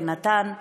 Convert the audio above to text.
ונתן נאום,